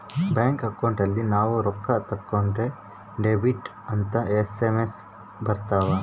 bank account ಅಲ್ಲಿ ನಾವ್ ರೊಕ್ಕ ತಕ್ಕೊಂದ್ರ ಡೆಬಿಟೆಡ್ ಅಂತ ಎಸ್.ಎಮ್.ಎಸ್ ಬರತವ